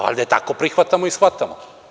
Valjda je tako prihvatamo i shvatamo.